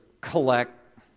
collect